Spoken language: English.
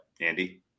Andy